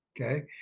okay